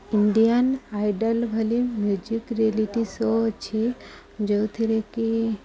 Indian Idol ଭଳି music reality show ଅଛି ଯେଉଁଥିରେ କିି